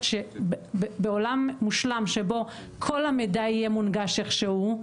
שבעולם מושלם שבו כל המידע יהיה מונגש איכשהו,